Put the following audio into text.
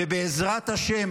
ובעזרת השם,